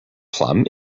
plum